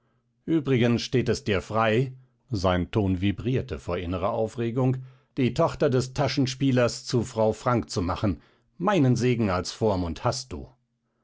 uebrigens steht es dir frei sein ton vibrierte vor innerer aufregung die tochter des taschenspielers zur frau frank zu machen meinen segen als vormund hast du